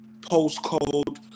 postcode